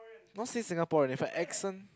not say Singaporean with her accent